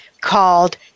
called